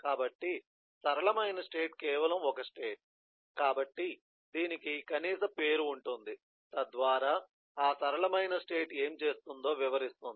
కాబట్టి సరళమైన స్టేట్ కేవలం ఒక స్టేట్ కాబట్టి దీనికి కనీస పేరు ఉంటుంది తద్వారా ఆ సరళమైన స్టేట్ ఏమి చేస్తుందో వివరిస్తుంది